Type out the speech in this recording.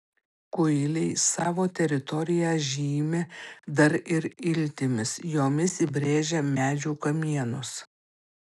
kuiliai savo teritoriją žymi dar ir iltimis jomis įbrėžia medžių kamienus